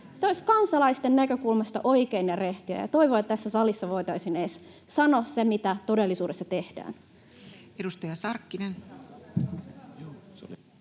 Se olisi kansalaisten näkökulmasta oikein ja rehtiä, ja toivon, että tässä salissa voitaisiin edes sanoa se, mitä todellisuudessa tehdään. [Speech